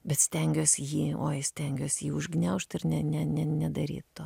bet stengiuos jį oi stengiuos jį užgniaužt ir ne ne ne nedaryt to